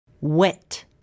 Wet